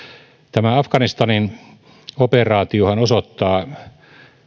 tämä afganistanin operaatiohan osoittaa